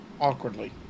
Awkwardly